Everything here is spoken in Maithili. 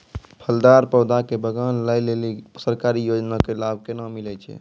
फलदार पौधा के बगान लगाय लेली सरकारी योजना के लाभ केना मिलै छै?